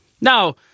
Now